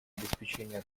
обеспечения